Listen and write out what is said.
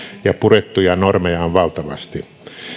ja purettuja normeja on valtavasti